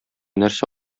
нәрсә